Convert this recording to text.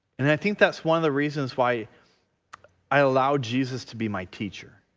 and i think that's one of the reasons why i allow jesus to be my teacher